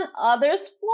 others